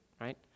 right